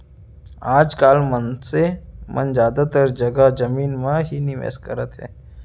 आज काल मनसे मन जादातर जघा जमीन म ही निवेस करत हे